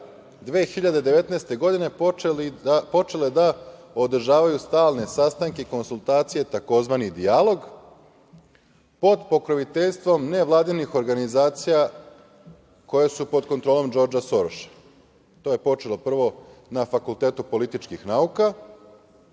2019. godine, počele da održavaju stalne sastanke, konsultacije, takozvani dijalog, pod pokroviteljstvom nevladinih organizacija koje su pod kontrolom Džordža Soroša. To je počelo prvo na Fakultetu političkih nauka,